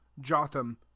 jotham